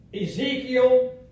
Ezekiel